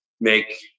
make